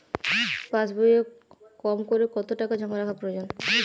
পাশবইয়ে কমকরে কত টাকা জমা রাখা প্রয়োজন?